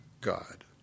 God